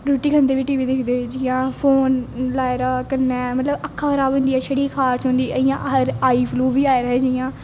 रोटी खंदे बी टीवी दिखदे जियां फोन लाए दा होग कन्नैं मतलब अक्खा खराब़ छड़ी खारश होंदी इयां आई फ्लू बी आई जंदा जियां